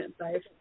safe